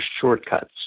shortcuts